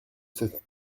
cette